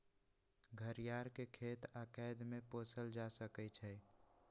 घरियार के खेत आऽ कैद में पोसल जा सकइ छइ